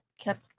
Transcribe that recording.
kept